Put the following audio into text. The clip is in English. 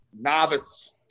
novice